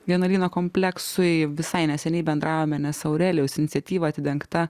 vienuolyno kompleksui visai neseniai bendravome nes aurelijaus iniciatyva atidengta